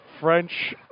French